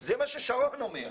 זה מה ששרון אומר.